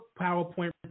PowerPoint